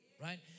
Right